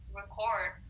record